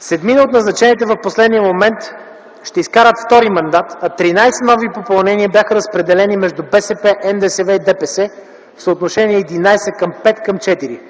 Седмина от назначените в последния момент ще изкарат втори мандат, а 13 нови попълнения бяха разпределени между БСП, НДСВ и ДПС в съотношение 11 : 5 : 4 .